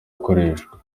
akoreshwa